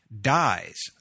dies